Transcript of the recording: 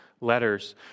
letters